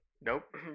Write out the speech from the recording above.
Nope